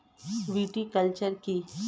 Viticulture কী?